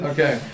Okay